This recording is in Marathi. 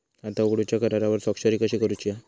खाता उघडूच्या करारावर स्वाक्षरी कशी करूची हा?